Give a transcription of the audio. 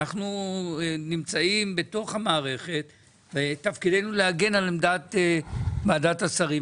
אנחנו נמצאים בתוך המערכת ותפקידנו להגן על עמדת ועדת השרים,